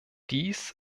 dies